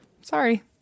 Sorry